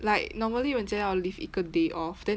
like normally 人家要 leave 一个 day off then